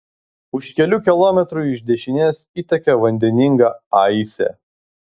už kelių kilometrų iš dešinės įteka vandeninga aisė